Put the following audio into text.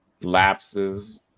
lapses